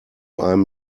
einem